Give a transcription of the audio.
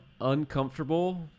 uncomfortable